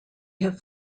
have